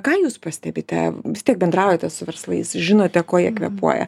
ką jūs pastebite vis tiek bendraujate su verslais žinote kuo jie kvėpuoja